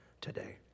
today